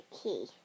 key